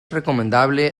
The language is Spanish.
recomendable